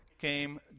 came